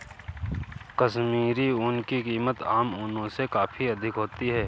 कश्मीरी ऊन की कीमत आम ऊनों से काफी अधिक होती है